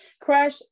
crash